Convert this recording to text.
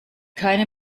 keine